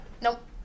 nope